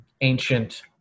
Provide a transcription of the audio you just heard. ancient